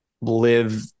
live